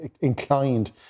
inclined